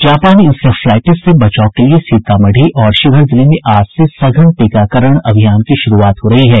जापानी इंसेफ्लाइटिस से बचाव के लिए सीतामढ़ी और शिवहर जिले में आज से सघन टीकाकरण अभियान की शुरूआत हो रही है